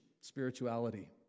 spirituality